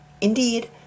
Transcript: Indeed